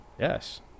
Yes